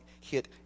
hit